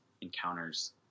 encounters